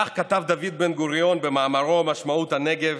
כך כתב דוד בן-גוריון במאמרו "משמעות הנגב"